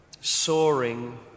soaring